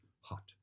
hot